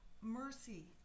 mercy